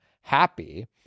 happy